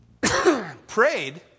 Prayed